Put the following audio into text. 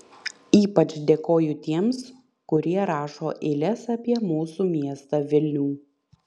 ypač dėkoju tiems kurie rašo eiles apie mūsų miestą vilnių